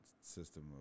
system